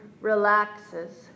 relaxes